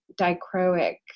dichroic